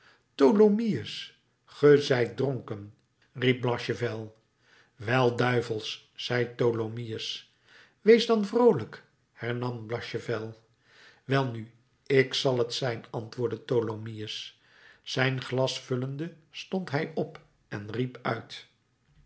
tholomyès ge zijt dronken riep blachevelle wel duivels zei tholomyès wees dan vroolijk hernam blachevelle welnu ik zal t zijn antwoordde tholomyès zijn glas vullende stond hij op en riep uit